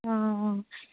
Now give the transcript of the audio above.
অঁ